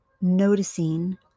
noticing